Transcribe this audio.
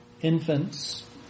infants